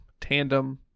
tandem